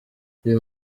uyu